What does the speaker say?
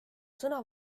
sõna